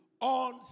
on